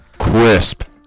Crisp